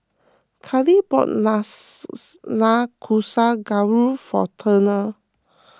Cali bought Nanakusa Gayu for Turner